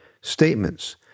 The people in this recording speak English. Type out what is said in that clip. statements